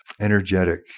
energetic